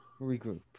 regroup